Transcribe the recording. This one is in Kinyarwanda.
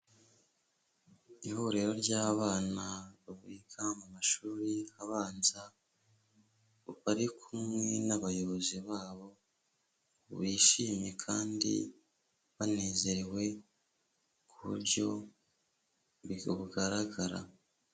Ihuriro ry'abana biga mu mashuri abanza, bari kumwe n'abayobozi babo, bishimye kandi banezerewe ku buryo bugaragara.